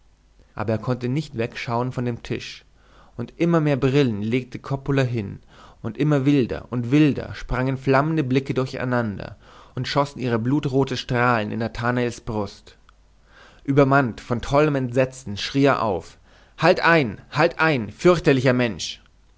aber er konnte nicht wegschauen von dem tisch und immer mehr brillen legte coppola hin und immer wilder und wilder sprangen flammende blicke durcheinander und schossen ihre blutrote strahlen in nathanaels brust übermannt von tollem entsetzen schrie er auf halt ein halt ein fürchterlicher mensch